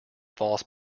false